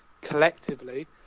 collectively